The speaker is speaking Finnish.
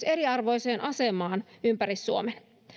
eriarvoiseen asemaan ympäri suomen